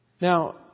Now